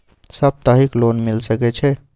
सप्ताहिक लोन मिल सके छै?